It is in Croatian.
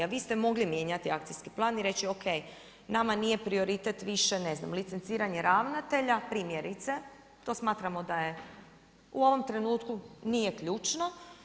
Vi ste mogli mijenjati akcijskih plan i reći, ok, nama nije prioritet više ne znam licenciranje ravnatelja, primjerice, to smatramo da je u ovom trenutku nije ključno.